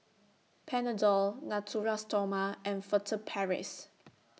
Panadol Natura Stoma and Furtere Paris